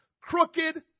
crooked